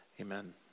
amen